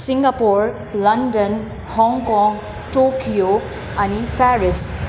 Singapore London Hong Kong Tokyo अनि Paris